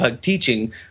teaching